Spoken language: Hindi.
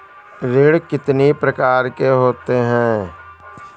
ऋण कितनी प्रकार के होते हैं?